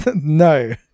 No